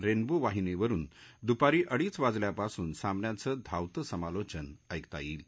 रखी वाहिनीवरुन दुपारी अडीच वाजल्यापासून सामन्याचं धावतं समालोचन ऐकता यईल